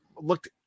looked